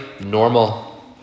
normal